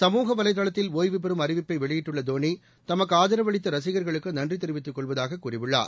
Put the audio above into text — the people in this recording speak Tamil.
சமூக வலைதளத்தில் ஒய்வு பெறும் அறிவிப்பை வெளியிட்டுள்ள தோனி தமக்கு ஆதரவளித்த ரசிகர்களுக்கு நன்றி தெரிவித்துக் கொள்வதாக கூறியுள்ளார்